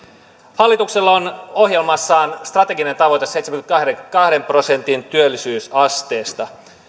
hallituksella on ohjelmassaan strateginen tavoite seitsemänkymmenenkahden prosentin työllisyysasteesta